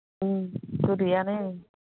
गोदैआनो